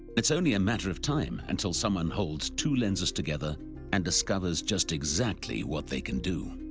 it's only a matter of time until someone holds two lenses together and discovers just exactly what they can do.